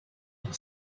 and